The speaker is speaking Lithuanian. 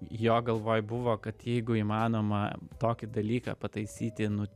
jo galvoj buvo kad jeigu įmanoma tokį dalyką pataisyti